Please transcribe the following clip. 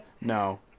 No